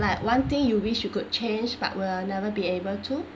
like one thing you wish you could change but will never be able to